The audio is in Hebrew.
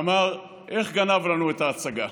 ואמר: איך גנב לנו את ההצגה.